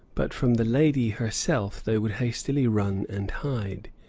but from the lady herself they would hastily run and hide.